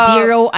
Zero